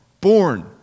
born